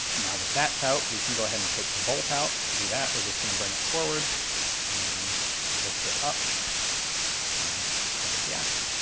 now that that's out, we can go ahead and take the bolt out. to do that we're just going to bring it forward and then lift it up and out of the action.